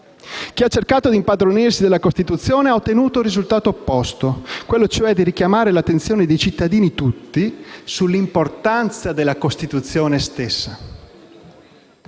chi aveva cercato di impadronirsi della Costituzione aveva ottenuto il risultato opposto, quello cioè di richiamare l'attenzione di tutti i cittadini sull'importanza della Costituzione stessa.